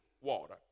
water